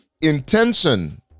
intention